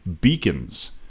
Beacons